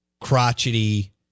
crotchety